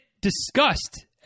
discussed